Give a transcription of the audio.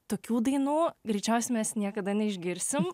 tokių dainų greičiausiai mes niekada neišgirsim